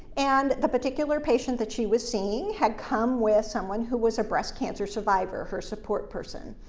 and the particular patient that she was seeing had come with someone who was a breast cancer survivor, her support person.